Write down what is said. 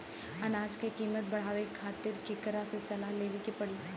अनाज क कीमत बढ़ावे खातिर केकरा से सलाह लेवे के पड़ी?